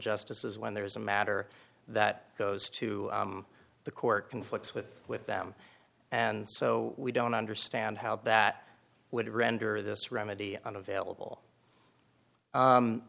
justices when there is a matter that goes to the court conflicts with with them and so we don't understand how that would render this remedy unavailable